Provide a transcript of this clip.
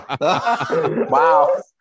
Wow